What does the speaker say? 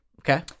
Okay